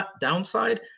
downside